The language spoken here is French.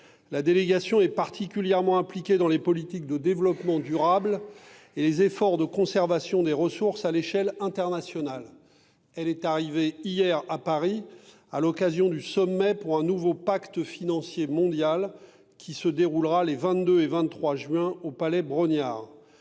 La délégation est particulièrement impliquée dans les politiques de développement durable et les efforts de conservation des ressources à l'échelle internationale. Elle est arrivée hier à Paris à l'occasion du sommet pour un nouveau pacte financier mondial, qui se déroulera les 22 et 23 juin au palais Brongniart.